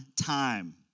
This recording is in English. time